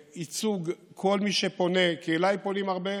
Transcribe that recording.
בייצוג כל מי שפונה, כי אליי פונים הרבה,